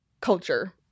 Culture